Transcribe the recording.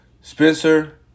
Spencer